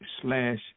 slash